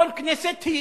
כל כנסת,